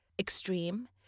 extreme